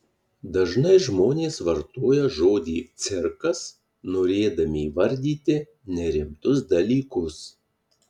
dažnai žmonės vartoja žodį cirkas norėdami įvardyti nerimtus dalykus